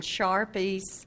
Sharpies